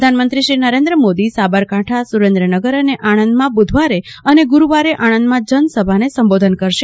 પ્રધાનમંત્રી ક્રી નરેન્દ્ર મોદી સાબરકાંઠા સુરેન્દ્રનગર અને આણંદમાં બુધવારે અને ગરૂવારે આણંદમાં જનસભાને સંબોધન કરશે